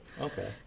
Okay